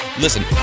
Listen